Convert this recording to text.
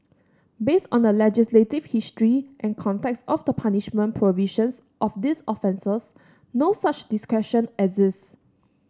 based on the legislative history and context of the punishment provisions of these offences no such discretion exists